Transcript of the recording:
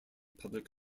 public